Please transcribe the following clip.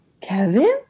Kevin